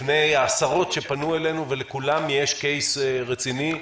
בפני עשרות שפנו אלינו ולכולם יש קייס רציני,